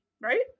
Right